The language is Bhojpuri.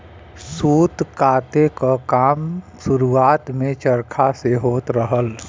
सूत काते क काम शुरुआत में चरखा से होत रहल